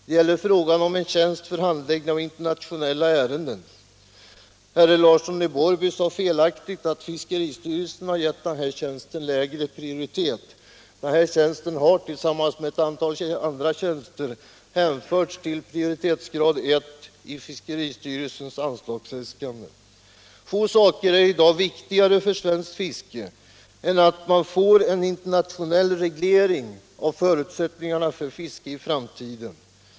Det gäller en tjänst för handläggning av internationella ärenden. Herr Larsson i Borrby sade felaktigt att fiskeristyrelsen har gett den tjänsten lägre prioritet. Den här tjänsten har tillsammans med ett antal andra tjänster hänförts till prioritetsgrad 1 i fiskeristyrelsens anslagsäskanden. Få saker är i dag viktigare för svenskt fiske än att man får en internationell reglering av förutsättningarna för fiske i framtiden.